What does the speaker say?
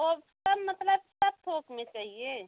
सब सब मतलब सब थोक में चाहिए